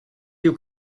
you